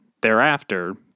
thereafter